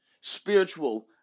spiritual